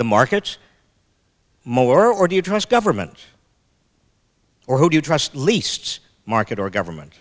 the markets more or do you trust government or who do you trust leasts market or government